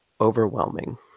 overwhelming